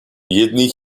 jednej